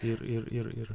ir ir ir ir